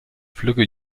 flügge